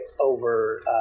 over